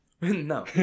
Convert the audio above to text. No